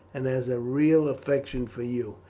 and has a real affection for you,